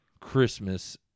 Christmas